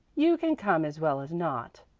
you can come as well as not,